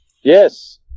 Yes